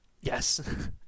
Yes